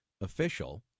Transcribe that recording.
official